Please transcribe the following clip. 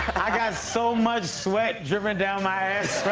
i got so much sweat dripping down my